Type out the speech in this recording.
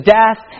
death